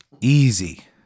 Easy